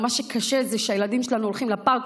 מה שקשה זה שכשהילדים שלנו הולכים בפארק או